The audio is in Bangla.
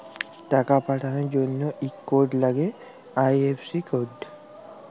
টাকা পাঠাবার জনহে ইক কোড লাগ্যে আই.এফ.সি কোড